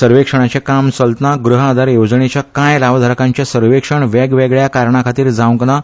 सर्वेक्षणाचे काम चलतना ग़ह आधार येवजणेच्या कांय लावधारकांचे सर्वेक्षण वेगळ्या वेगळ्या कारणांखातीर जांवक ना